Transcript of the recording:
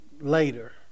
later